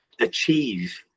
achieve